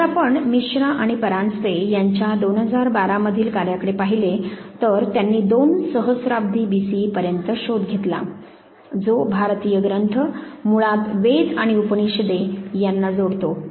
जर आपण मिश्रा आणि परांजपे यांच्या 2012 मधील कार्याकडे पाहिले तर त्यांनी दोन सहस्राब्दी बीसीई पर्यंत शोध घेतला जो भारतीय ग्रंथ मुळात वेद आणि उपनिषदे यांना जोडतो